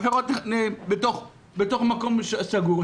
הבחירות נערכות בתוך מקום סגור,